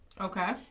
Okay